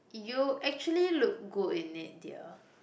you actually look good in it dear